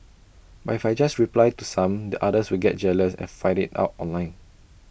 but if I just reply to some the others will get jealous and fight IT out online